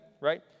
right